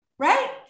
Right